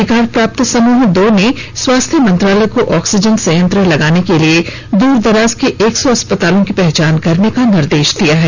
अधिकार प्राप्त समूह दो ने स्वास्थ्य मंत्रालय को ऑक्सीजन संयंत्र लगाने के लिए दूर दराज के एक सौ अस्पतालों की पहचान करने का निर्देश दिया है